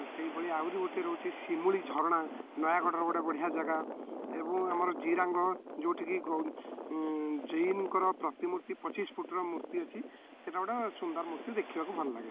ସେଇଭଳି ଆହୁରି ଗୋଟିଏ ରହୁଛି ସିମୁଳି ଝରଣା ନୟାଗଡ଼ର ଗୋଟେ ବଢ଼ିଆ ଜାଗା ଏବଂ ଆମର ଜିରାଙ୍ଗ ଯେଉଁଠିକି ଜୈନ୍ଙ୍କର ପ୍ରତିମୂର୍ତ୍ତି ପଚିଶି ଫୁଟ୍ର ମୂର୍ତ୍ତି ଅଛି ସେଇଟା ଗୋଟେ ସୁନ୍ଦର ମୂର୍ତ୍ତି ଦେଖିବାକୁ ଭଲ ଲାଗେ